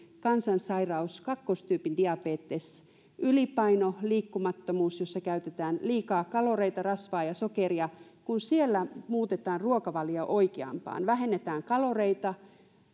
kansansairaudesta kakkostyypin diabeteksestä ylipaino liikkumattomuus käytetään liikaa kaloreita rasvaa ja sokeria kun siellä muutetaan ruokavalio oikeampaan vähennetään kaloreita